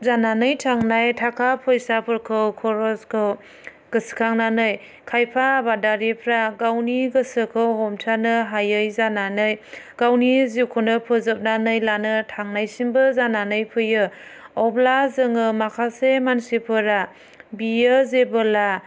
जानानै थांनाय ताका फैसाफोरखौ खरसखौ गोसोखांनानै खायफा आबादारिफ्रा गावनि गोसोखौ हमथानो हायै जानानै गावनि जिउखौनो फोजोबनानै लानो थांनायसिमबो जानानै फैयो अब्ला जोङो माखासे मानसिफोरा बियो जेबोला